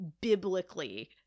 biblically